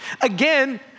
Again